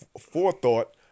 forethought